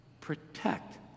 Protect